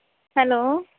hello